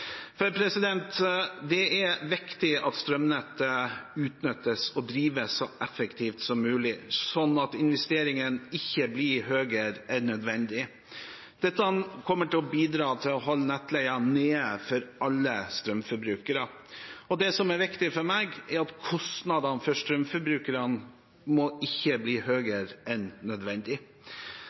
for det er viktig at strømnettet utnyttes og drives så effektivt som mulig, slik at investeringene ikke blir større enn nødvendig. Dette kommer til å bidra til å holde nettleien nede for alle strømforbrukere. Det som er viktig for meg, er at kostnadene for strømforbrukerne ikke må bli høyere enn nødvendig.